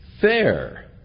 fair